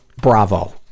bravo